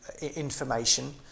information